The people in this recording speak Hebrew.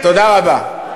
תודה רבה.